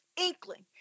inkling